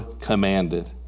commanded